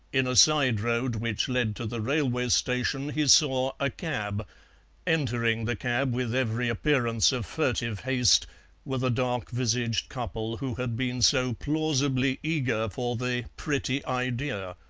in a side-road which led to the railway station he saw a cab entering the cab with every appearance of furtive haste were the dark-visaged couple who had been so plausibly eager for the pretty idea.